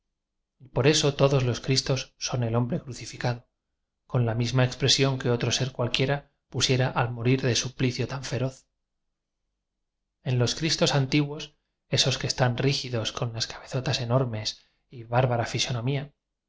y por eso todos los cristos son el hombre crucificado con la misma expre sión que otro ser cualquiera pusiera al mo rir de suplicio tan feroz en los cristos antiguos esos que están rígidos con las cabezotas enormes y bárbara